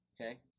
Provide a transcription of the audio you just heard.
Okay